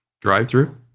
drive-through